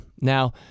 Now